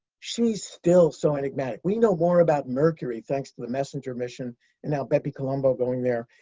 she's still so enigmatic. we know more about mercury, thanks to the messenger mission and now bepicolombo going there,